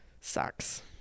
sucks